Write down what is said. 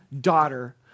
daughter